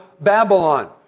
Babylon